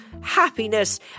happiness